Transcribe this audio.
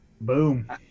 Boom